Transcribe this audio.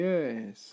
Yes